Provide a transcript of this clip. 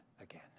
again